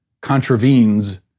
contravenes